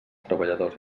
treballadors